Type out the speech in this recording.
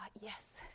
yes